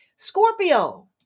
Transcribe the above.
Scorpio